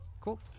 Cool